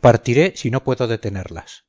partiré si no puedo detenerlas